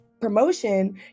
promotion